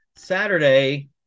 Saturday